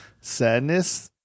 Sadness